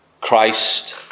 Christ